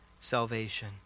salvation